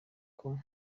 koko